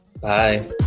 Bye